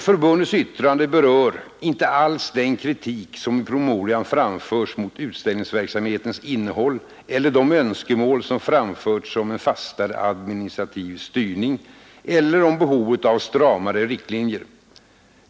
Förbundets yttrande berör emellertid inte alls den kritik som i promemorian framförts mot utställningsverksamhetens innehåll eller de önskemål som framförts om en ”fastare administrativ styrning av verksamheten” eller om behovet av stramare riktlinjer.